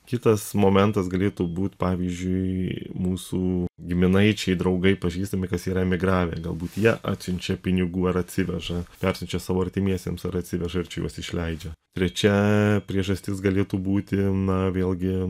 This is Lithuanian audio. kitas momentas galėtų būt pavyzdžiui mūsų giminaičiai draugai pažįstami kas yra emigravę galbūt jie atsiunčia pinigų ar atsiveža persiunčia savo artimiesiems ar atsiveža ir čia juos išleidžia trečia priežastis galėtų būti na vėlgi